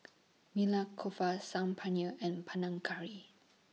Saag Paneer and Panang Curry